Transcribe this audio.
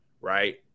right